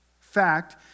fact